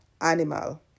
animal